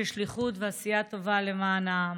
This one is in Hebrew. של שליחות ועשייה טובה למען העם.